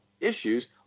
issues